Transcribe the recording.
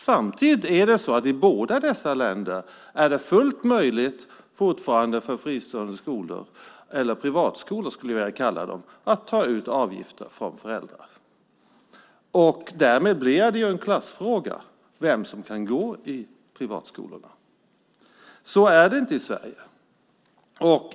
Samtidigt är det fortfarande fullt möjligt i dessa två länder för fristående skolor - jag skulle vilja kalla dem privatskolor - att ta ut avgifter från föräldrarna. Därmed blir det en klassfråga vem som kan gå i privatskolorna. Så är det inte i Sverige.